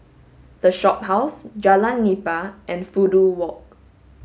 the Shophouse Jalan Nipah and Fudu Walk